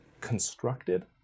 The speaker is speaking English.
constructed